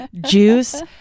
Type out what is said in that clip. juice